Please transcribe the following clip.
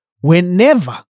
whenever